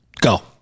Go